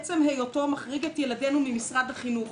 עצם היותו מחריג את ילדינו ממשרד החינוך.